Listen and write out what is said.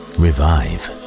revive